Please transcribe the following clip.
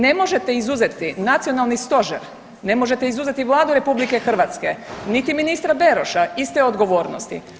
Ne možete izuzeti nacionalni stožer, ne možete izuzeti Vladu RH niti ministra Beroša iste odgovornosti.